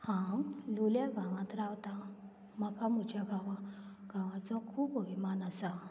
हांव लोल्या गांवांत रावतां म्हाका म्हज्या गांवा गांवाचो खूब अभिमान आसा